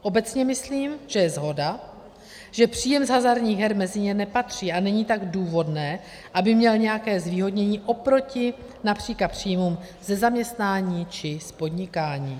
Obecně myslím, že je shoda, že příjem z hazardních her mezi ně nepatří, a není tak důvodné, aby měl nějaké zvýhodnění oproti například příjmům ze zaměstnání či z podnikání.